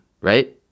right